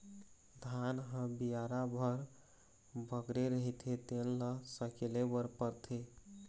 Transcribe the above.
धान ह बियारा भर बगरे रहिथे तेन ल सकेले बर परथे